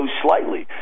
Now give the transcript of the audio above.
slightly